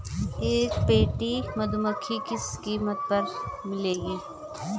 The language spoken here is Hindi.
एक पेटी मधुमक्खी किस कीमत पर मिलेगी?